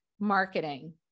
marketing